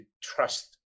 trust